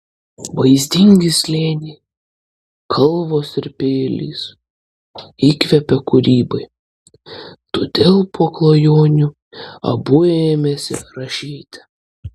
vaizdingi slėniai kalvos ir pilys įkvepia kūrybai todėl po klajonių abu ėmėsi rašyti